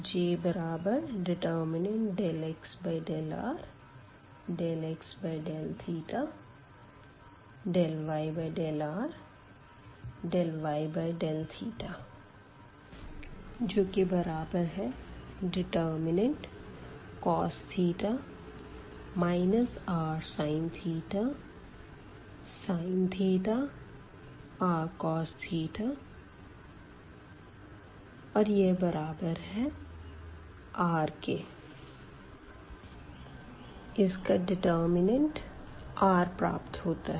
J∂x∂r ∂x∂θ ∂y∂r ∂y∂θ cos rsin sin r इसका determinant r प्राप्त होता है